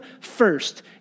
first